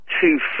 two